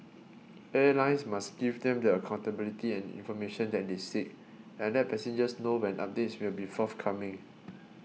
airlines must give them the accountability and information that they seek and let passengers know when updates will be forthcoming